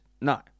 No